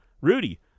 Rudy